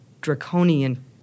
draconian